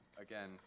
again